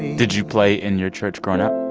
did you play in your church growing up?